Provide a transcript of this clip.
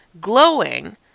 glowing